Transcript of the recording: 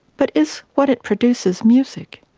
but is what it produces music?